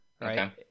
right